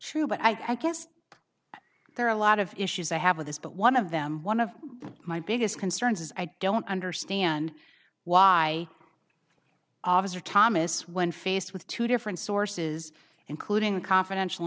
true but i guess there are a lot of issues i have with this but one of them one of my biggest concerns is i don't understand why officer thomas when faced with two different sources including a confidential